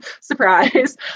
Surprise